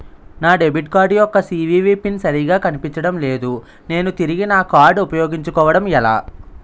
నా debit card యెక్క CVV PIN సరిగా కనిపించడం లేదు నేను తిరిగి నా కార్డ్ఉ పయోగించుకోవడం ఎలా?